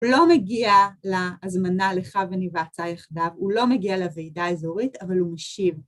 ‫הוא לא מגיע להזמנה לכה וניוועצה יחדיו, ‫הוא לא מגיע לוועידה אזורית, אבל הוא משיב.